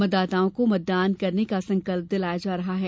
मतदाताओं को मतदान करने का संकल्प दिलाया जा रहा है